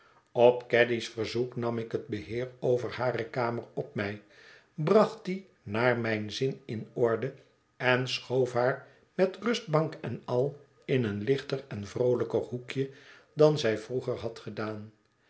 op caddy's verzoek nam ik het beheer over hare kamer op mij bracht die naar mijn zin in orde en schoof haar met rustbank en al in een lichter en vroolijker hoekje dan zij vroeger had gehad